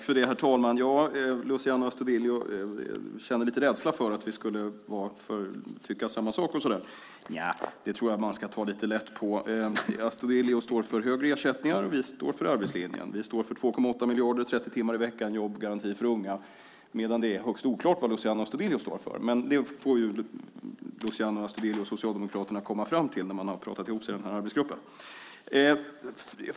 Herr talman! Luciano Astudillo känner lite rädsla för att vi skulle tycka samma sak. Nja, det tror jag att man ska ta lite lätt på. Astudillo står för högre ersättningar, och vi står för arbetslinjen. Vi står för 2,8 miljarder, 30 timmar i veckan och jobbgaranti för unga, medan det är högst oklart vad Luciano Astudillo står för. Men det får Luciano Astudillo och Socialdemokraterna komma fram till när man har pratat ihop sig i arbetsgruppen.